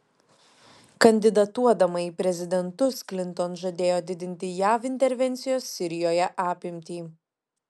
kandidatuodama į prezidentus klinton žadėjo didinti jav intervencijos sirijoje apimtį